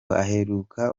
aheruka